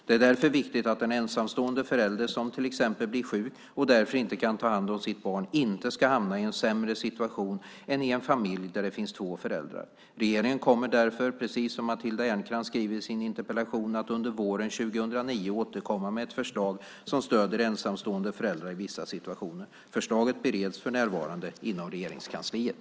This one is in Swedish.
Det är därför viktigt att en ensamstående förälder som till exempel blir sjuk och därför inte kan ta hand om sitt barn inte ska hamna i en sämre situation än i en familj där det finns två föräldrar. Regeringen kommer därför, precis som Matilda Ernkrans skriver i sin interpellation, att under våren 2009 återkomma med ett förslag som stödjer ensamstående föräldrar i vissa situationer. Förslaget bereds för närvarande inom Regeringskansliet.